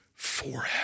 Forever